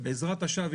בעזרת השם,